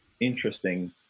interesting